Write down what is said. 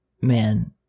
man